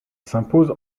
s’impose